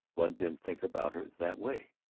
one didn't think about her that way